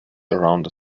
around